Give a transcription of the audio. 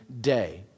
day